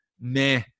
meh